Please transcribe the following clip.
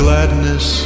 Gladness